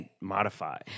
modify